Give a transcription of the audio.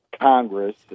Congress